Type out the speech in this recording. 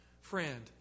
Friend